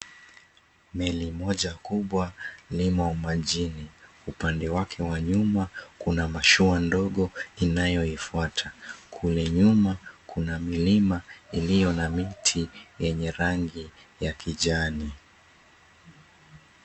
Meli moja kubwa limo majini. Upande wake wa nyuma kuna mashua ndogo inayoifuata. Kule nyuma kuna milima iliyo na miti yenye rangi ya kijani.